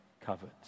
covered